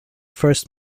first